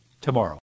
tomorrow